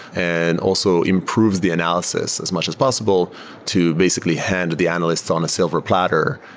and also improves the analysis as much as possible to basically hand the analysts on a silver platter.